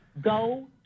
Go